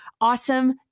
awesome